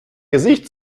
gesicht